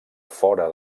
fora